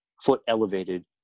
foot-elevated